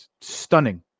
stunning